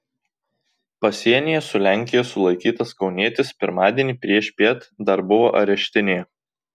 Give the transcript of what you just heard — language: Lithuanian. pasienyje su lenkija sulaikytas kaunietis pirmadienį priešpiet dar buvo areštinėje